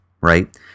right